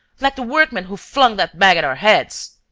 like the workmen who flung that bag at our heads.